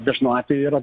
dažnu atveju yra